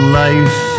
life